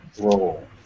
Roll